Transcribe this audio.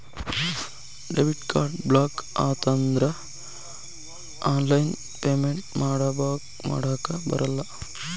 debit card block ಆಯ್ತಂದ್ರ online payment ಮಾಡಾಕಬರಲ್ಲ